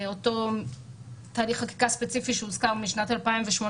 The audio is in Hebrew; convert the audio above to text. אותו תהליך ספציפי שהוזכר משנת 2018,